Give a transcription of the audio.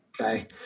Okay